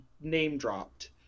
name-dropped